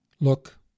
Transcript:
look